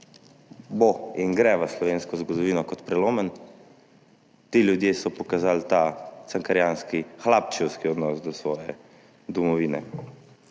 bo in gre v slovensko zgodovino kot prelomen – ti ljudje so pokazali ta cankarjanski, hlapčevski odnos do svoje domovine.